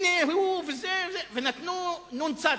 הנה הוא, ונתנו נ"צ.